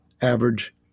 average